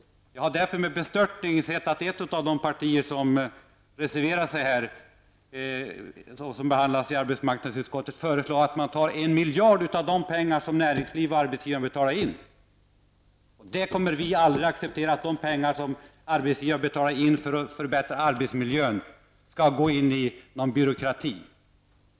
Jag har därför med bestörtning sett att ett av de partier som reserverat sig här har föreslagit i arbetsmarknadsutskottet att man skall ta en miljard av de pengar som arbetsgivarna har betalat in. Vi kommer aldrig att acceptera att pengar som arbetsgivarna har betalat in för att förbättra arbetsmiljön går in i någon byråkrati.